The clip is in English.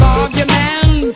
argument